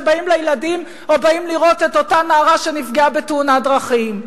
שבאים לילדים או באים לראות את אותה נערה שנפגעה בתאונת דרכים.